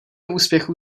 úspěchů